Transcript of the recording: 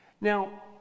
Now